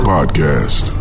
Podcast